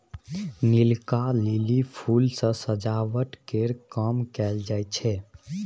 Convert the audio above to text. नीलका lily फुल सँ सजावट केर काम कएल जाई छै